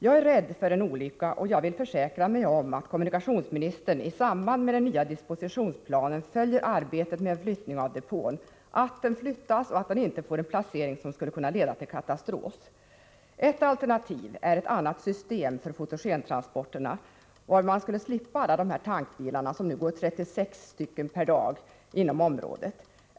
Jag är rädd för att en olycka kan inträffa, och jag vill försäkra mig om att kommunikationsministern i samband med arbetet med den nya dispositionsplanen följer frågan, så att depån verkligen flyttas och så att den inte får en placering som skulle kunna leda till katastrof. Ett alternativ är att införa ett annat system för fotogentransporterna, varvid man skulle slippa alla dessa tankbilar —f. n. 36 stycken per dag som kör in på området.